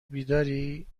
بیداری